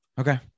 Okay